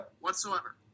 Whatsoever